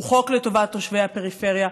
הוא חוק לטובת תושבי הפריפריה.